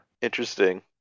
interesting